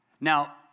Now